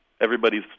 everybody's